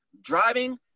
driving